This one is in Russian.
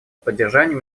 поддержанию